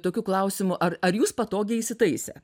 tokių klausimų ar ar jūs patogiai įsitaisę